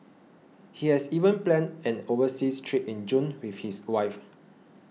he has even planned an overseas trip in June with his wife